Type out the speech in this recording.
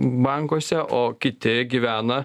bankuose o kiti gyvena